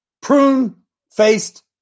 prune-faced